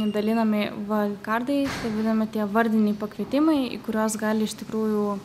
dalinami va kardai vadinami tie vardiniai pakvietimai į kuriuos gali iš tikrųjų